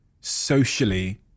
socially